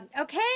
Okay